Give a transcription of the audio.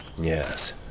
Yes